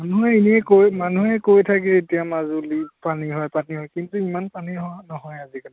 মানুহে এনেই কৈ মানুহে কৈ থাকে এতিয়া মাজুলীত পানী হয় পানী হয় কিন্তু ইমান পানী নহয় আজিকালি